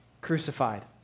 crucified